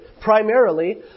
Primarily